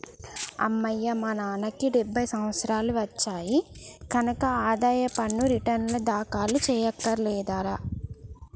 అమ్మయ్యా మా నాన్నకి డెబ్భై సంవత్సరాలు వచ్చాయి కనక ఆదాయ పన్ను రేటర్నులు దాఖలు చెయ్యక్కర్లేదులే